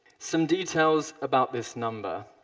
some details about this number